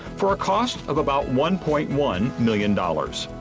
for a cost of about one point one million dollars.